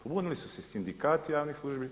Pobunili su se sindikati javnih službi.